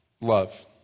love